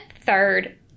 third